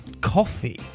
coffee